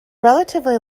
relatively